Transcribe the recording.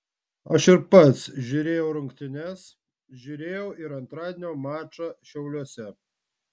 aš ir pats žiūrėjau rungtynes žiūrėjau ir antradienio mačą šiauliuose